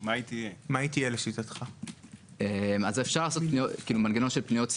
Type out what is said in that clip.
על עוד אין עיצומים כספיים וכלים אכיפתיים יהיה נטו לעשות נו נו נו.